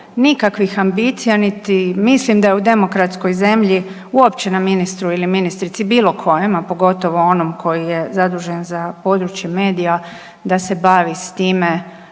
nikakvih ambicija niti, mislim da u demokratskoj zemlji uopće na ministru ili ministrici bilo kojem, a pogotovo onom koji je zadužen za područje medija da se bavi s time